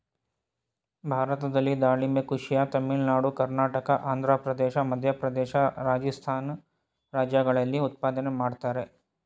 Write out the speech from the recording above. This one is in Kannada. ಭಾರತದಲ್ಲಿ ದಾಳಿಂಬೆ ಕೃಷಿಯ ತಮಿಳುನಾಡು ಕರ್ನಾಟಕ ಆಂಧ್ರಪ್ರದೇಶ ಮಧ್ಯಪ್ರದೇಶ ರಾಜಸ್ಥಾನಿ ರಾಜ್ಯಗಳಲ್ಲಿ ಉತ್ಪಾದನೆ ಮಾಡ್ತರೆ